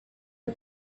you